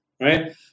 right